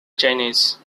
chinese